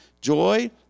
joy